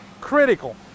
Critical